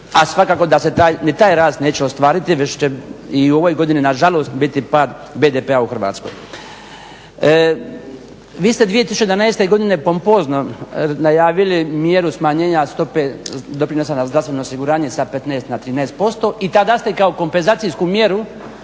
a svakako da se ni taj rast neće ostvariti već će i u ovoj godini nažalost biti pad BDP-a u Hrvatskoj. Vi ste 2011. godine pompozno najavili mjeru smanjenja stope doprinosa na zdravstveno osiguranje sa 15 na 13% i tada ste kao kompenzacijsku mjeru